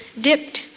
dipped